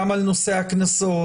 גם על נושא הקנסות,